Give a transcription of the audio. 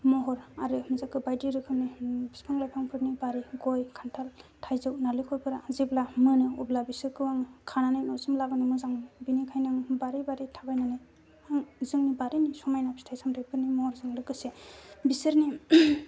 महर आरो जोङो बायदि रोखोमनि बिफां लाइफां फोरनि बारि खान्थाल थाइजौ नारिखलफोरा जेब्ला मोनो होमबा बिसोरखौ आं खानानै बिसोरखौ न'सिम लाबोनो मोजां ओंखायनो आं बारि बारि थाबायनानै जोंनि बारिनि समायना फिथाय सामथायफोरनि महरजोंनो लोगोसे बिसोरनि